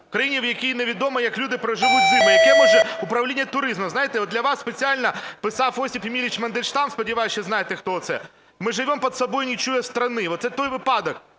країні, в якій невідомо як люди проживуть зиму, яке може управління туризмом? Знаєте, для вас спеціально писав Осип Емільович Мандельштам, сподіваюсь, що знаєте хто це: "Мы живем под собой, не чуя страны". Оце той випадок,